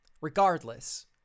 regardless